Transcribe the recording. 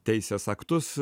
teisės aktus